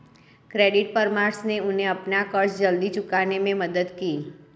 credit परामर्श ने उन्हें अपना कर्ज जल्दी चुकाने में मदद की